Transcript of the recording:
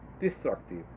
destructive